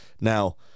Now